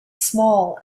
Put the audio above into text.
small